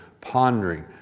pondering